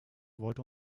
wollte